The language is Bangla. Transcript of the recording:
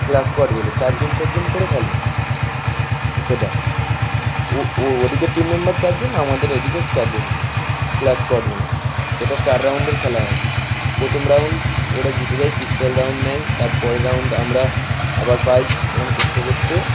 ক্লাস স্কোয়াড বলে চাজ্জন চাজ্জন করে খেলে সেটা ওদিকের টিম মেম্বার চাজ্জন আমাদের এদিকে চারজন ক্লাস স্কোয়াড গেমে সেটা চার রাউন্ডের খেলা হয় প্রথম রাউন্ড ওরা জিতে যায় পিস্তল রাউন্ড নেয় তারপরের রাউন্ড আমরা আবার পাই এরম করতে করতে